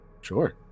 Sure